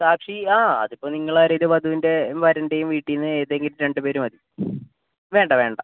സാക്ഷി ആ അതിപ്പോൾ നിങ്ങളാരേലും വധൂന്റേം വരന്റേം വീട്ടീന്ന് ഏതെങ്കിലും രണ്ട് പേര് മതി വേണ്ടാ വേണ്ടാ